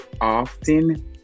often